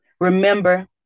Remember